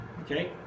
Okay